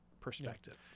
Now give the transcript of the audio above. perspective